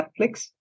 Netflix